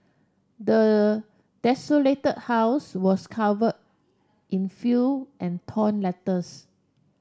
the desolated house was covered in and torn letters